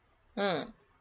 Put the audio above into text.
hmm